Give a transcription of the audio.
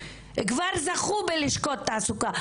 כבר זכו בלשכות התעסוקה,